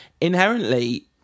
inherently